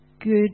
good